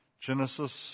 Genesis